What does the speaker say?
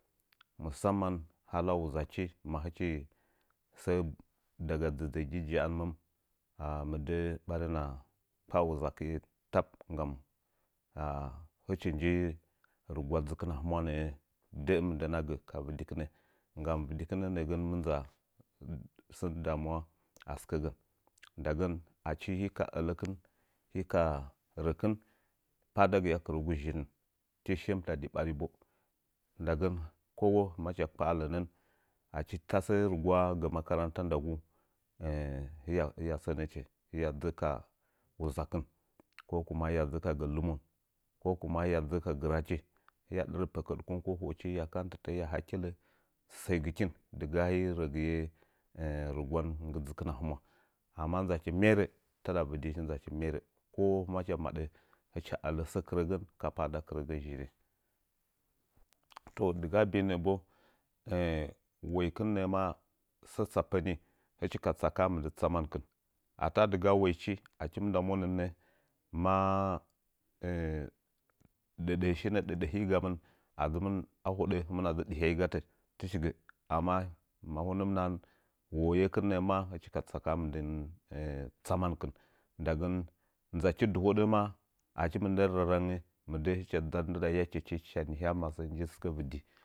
Mu samman hala wuzachi mahɨchi nji sə daga dzədzəgi ja'anməm mɨ də'ə ɓarina kpa'a wuzakɨye tab nggam hɨchi nji rɨgwa dzɨkɨn a hɨnwa nə'n də'ə mɨndəna gə dɨkɨnə nggam vɨdikɨnə nə'ə gən sən damuwa asɨkəgən ndagən achi hii ka ələkɨn hika rəkɨn pa'a dagɨye kɨrəgu zhirin, tii shemtə adi ɓari bo ndagən kowo macha kpa'a lənən achi tasə rɨgwa ka gə makarantan ndagu eh hiya sənəche dzɨ ka wuzakɨn, ko kuma hiya dzɨ ka gə lɨmo ko kuma hiya dzə'ə ka gɨrachi hiya dɨrə pəkəɗchi ko ho tochi hiya kanthi lə səigɨkin dɨgahi rəgɨye rɨgwan nggɨ dzɨkɨn a hɨmwa amma ndzakɨnmerə taɗa vɨdichi ndzachi merə kowo macha madə hɨ cha ələ səktrə gən ka pa'ada kirəgən toh dɨga bi'i nə'ə wəikɨn nə'ə maa səə tsapə ni hɨchi ka tsakala mɨndin tsamankɨn ata dɨgaa waichi achim nda monə maa dədəshinə ɗɨɗihigamin a dzɨmɨn ahoɗə adzi dəhyai gatə hɨchi gə amma ma hunəm naha woyekɨn nə'ə maa hɨchika tsaka'a mɨndon tsamankɨn ndagən ndzachi dɨho də ma achi mɨndən mɨdə'ə hɨcha dzadɨ ndɨda yakechi hɨcha naha masəə nji sɨkə vɨdi.